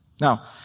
Now